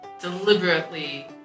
deliberately